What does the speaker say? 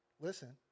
Listen